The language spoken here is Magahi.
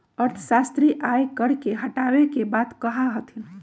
अर्थशास्त्री आय कर के हटावे के बात कहा हथिन